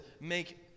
make